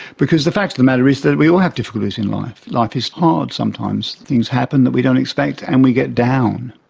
because the fact of the matter is that we all have difficulties in life, life is hard sometimes, things happen that we don't expect and we get down.